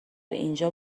اینجا